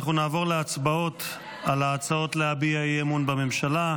אנחנו נעבור להצבעות על ההצעות להביע אי-אמון בממשלה.